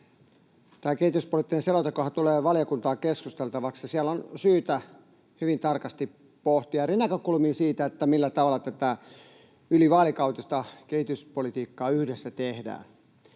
Tämä kehityspoliittinen selontekohan tulee valiokuntaan keskusteltavaksi, ja siellä on syytä hyvin tarkasti pohtia eri näkökulmia siitä, millä tavalla tätä ylivaalikautista kehityspolitiikkaa yhdessä tehdään.